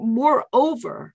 moreover